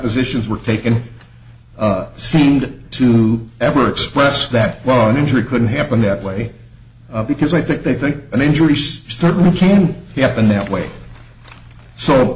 depositions were taken seemed to ever express that well an injury couldn't happen that way because i think they think an injury certainly can't happen that way so